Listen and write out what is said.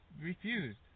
refused